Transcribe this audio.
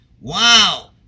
Wow